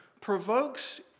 provokes